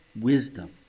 wisdom